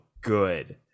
good